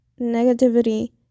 negativity